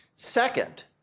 Second